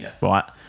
right